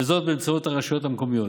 וזאת באמצעות הרשויות המקומיות.